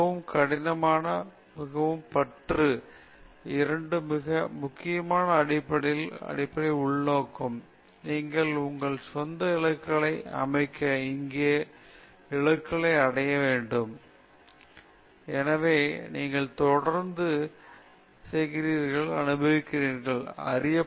மிகவும் கடினமான மற்றும் மிகவும் மற்றும் இரண்டு மிக முக்கியமான அடிப்படையில் அடிப்படை உள்நோக்கம் நீங்கள் உங்கள் சொந்த இலக்குகளை அமைக்க எங்கே உங்கள் இலக்குகளை அடைய பின்னர் அங்கு நிறுத்த வேண்டாம் பின்னர் அங்கு நிறுத்த வேண்டாம் புதிய இலக்குகளை அடைய அடையுங்கள் புதிய இலக்குகளை அடையவும் அடையவும் தொடர்ந்து நீங்கள் முன்னோக்கி நகர்கிறீர்கள் இது உள்ளுர் உள்நோக்கம்